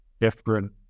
different